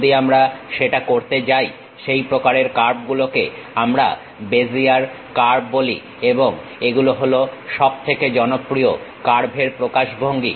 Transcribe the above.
যদি আমরা সেটা করতে যাই সেই প্রকারের কার্ভগুলোকে আমরা বেজিয়ার কার্ভ হিসাবে বলি এবং এগুলো হলো সবথেকে জনপ্রিয় কার্ভের প্রকাশ ভঙ্গি